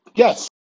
Yes